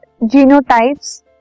genotypes